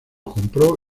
compró